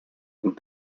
and